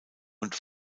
und